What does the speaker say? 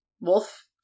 Wolf